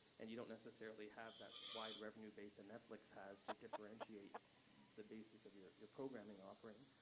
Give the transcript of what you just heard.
and you don't necessarily have that wide revenue base that netflix has to differentiate the basis of your your programming offering,